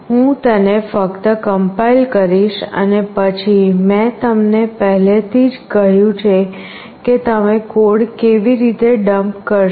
હું તેને ફક્ત કમ્પાઇલ કરીશ અને પછી મેં તમને પહેલેથી જ કહ્યું છે કે તમે કોડ કેવી રીતે ડમ્પ કરશો